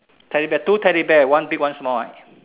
teddy bear two teddy bear one big one small one